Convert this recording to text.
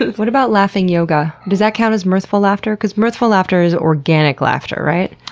what about laughing yoga? does that count as mirthful laughter, because mirthful laughter is organic laughter, right?